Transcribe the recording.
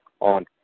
on